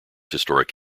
historic